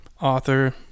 author